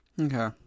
okay